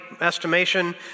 estimation